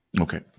Okay